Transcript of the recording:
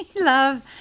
love